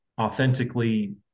authentically